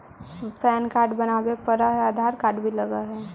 Pan card बनावे पडय है आधार कार्ड भी लगहै?